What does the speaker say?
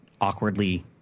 awkwardly